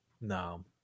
No